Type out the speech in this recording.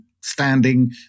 standing